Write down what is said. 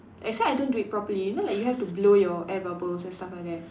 as long I don't do it properly you know like you have to blow your air bubbles and stuff like that